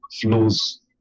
flows